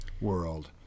world